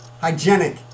hygienic